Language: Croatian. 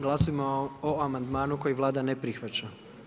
Glasujmo o amandmanu koji Vlada ne prihvaća.